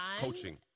Coaching